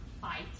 fight